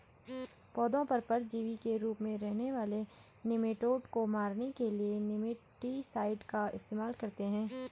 पौधों पर परजीवी के रूप में रहने वाले निमैटोड को मारने के लिए निमैटीसाइड का इस्तेमाल करते हैं